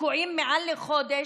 שתקועים מעל חודש,